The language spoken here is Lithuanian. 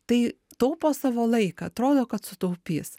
tai taupo savo laiką atrodo kad sutaupys